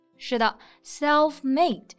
是的,self-made